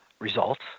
results